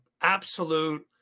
absolute